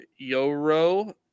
Yoro